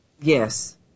Yes